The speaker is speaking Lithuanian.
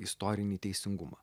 istorinį teisingumą